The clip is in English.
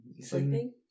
Sleeping